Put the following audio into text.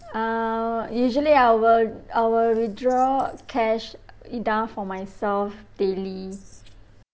uh usually I will I will withdraw cash i~ down for myself daily